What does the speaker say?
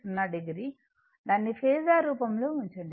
దాన్ని ఫేసర్ రూపంలో ఉంచండి